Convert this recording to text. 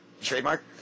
Trademark